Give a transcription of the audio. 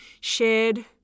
shared